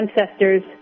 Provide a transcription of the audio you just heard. ancestors